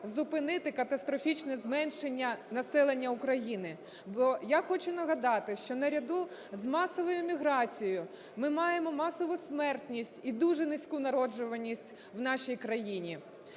зупинити катастрофічне зменшення населення України. Бо я хочу нагадати, що наряду за масовою еміграцією ми маємо масову смертність і дуже низьку народжуваність в нашій країні.